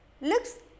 looks